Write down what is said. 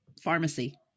pharmacy